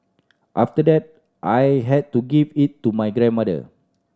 after that I had to give it to my grandmother